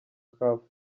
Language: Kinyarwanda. caf